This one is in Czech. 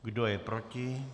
Kdo je proti?